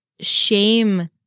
shame